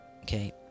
Okay